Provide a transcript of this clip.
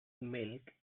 milk